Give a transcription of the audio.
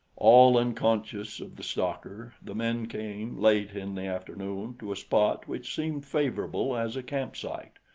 all unconscious of the stalker, the men came, late in the afternoon, to a spot which seemed favorable as a campsite.